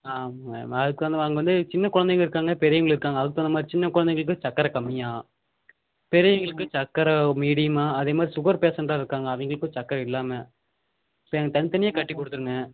ஆ ஆமாம்ங்க அதுக்கு வந்து அங்கே வந்து சின்னக் குலந்தைங்க இருக்காங்க பெரியவங்களும் இருக்காங்க அதுக்குத் தகுந்த மாதிரி சின்னக் குலந்தைங்களுக்கு சக்கரை கம்மியாக பெரியவங்களுக்கு சக்கரை மீடியமாக அதேமாதிரி சுகர் பேசண்ட்டாக இருக்காங்க அவங்களுக்கும் சக்கரை இல்லாமல் சரி எங்களுக்குத் தனித்தனியாக கட்டிக் கொடுத்துருங்க